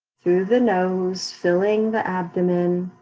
through the nose, filling the abdomen,